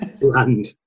bland